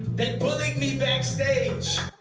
they bullied me backstage!